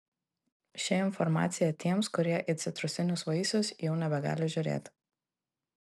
ši informacija tiems kurie į citrusinius vaisius jau nebegali žiūrėti